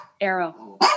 Arrow